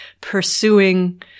pursuing